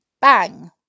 Bang